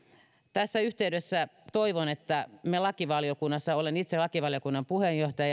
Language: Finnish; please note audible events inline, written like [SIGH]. tässä yhteydessä toivon että lakivaliokunnassa olen itse lakivaliokunnan puheenjohtaja [UNINTELLIGIBLE]